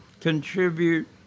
contribute